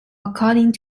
according